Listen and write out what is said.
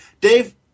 Dave